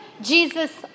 Jesus